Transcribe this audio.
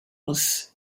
was